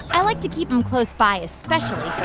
i like to keep them close by especially for